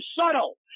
subtle